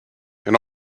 and